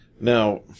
Now